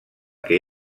que